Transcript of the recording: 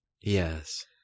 Yes